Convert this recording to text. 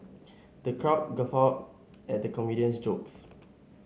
the crowd guffawed at the comedian's jokes